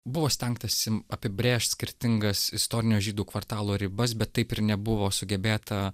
buvo stengtasi apibrėžt skirtingas istorinio žydų kvartalo ribas bet taip ir nebuvo sugebėta